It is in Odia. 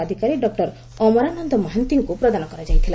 ଅଧିକାରୀ ଡଃ ଅମରାନନ ମହାନ୍ତିଙ୍କୁ ପ୍ରଦାନ କରାଯାଇଥିଲା